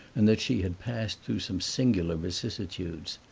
and that she had passed through some singular vicissitudes.